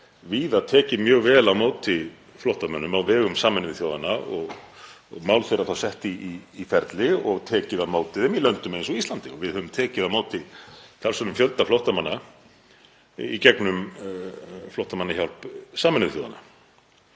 víða tekið mjög vel á móti flóttamönnum á vegum Sameinuðu þjóðanna og mál þeirra þá sett í ferli og tekið á móti þeim í löndum eins og á Íslandi. Við höfum tekið á móti talsverðum fjölda flóttamanna í gegnum Flóttamannahjálp Sameinuðu þjóðanna